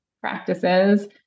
practices